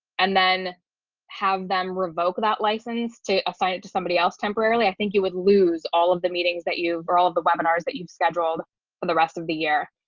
and then have them revoke that license to assign it to somebody else temporarily. i think you would lose all of the meetings that you are all the webinars that you've scheduled for the rest of the year.